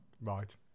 Right